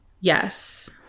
Yes